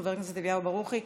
חבר הכנסת אליהו ברוכי,